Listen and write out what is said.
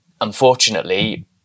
unfortunately